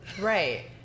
Right